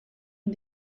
and